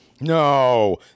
No